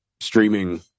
streaming